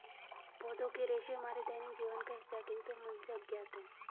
पौधों के रेशे हमारे दैनिक जीवन का हिस्सा है, किंतु हम उनसे अज्ञात हैं